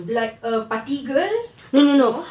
like a party girl no